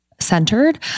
centered